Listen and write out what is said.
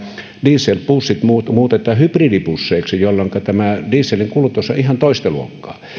dieselbussit muutetaan hybridibusseiksi jolloinka tämä dieselin kulutus on ihan toista luokkaa